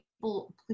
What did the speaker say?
people